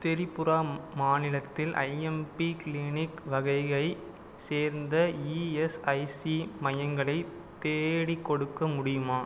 திரிபுரா மாநிலத்தில் IMP clinic வகையை சேர்ந்த இஎஸ்ஐசி மையங்களைத் தேடிக்கொடுக்க முடியுமா